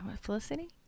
Felicity